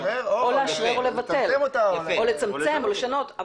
לאשרר לצמצם או לשנות.